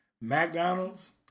McDonald's